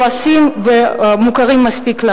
לעוסים ומוכרים לנו מספיק.